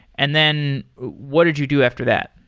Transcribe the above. and then what did you do after that?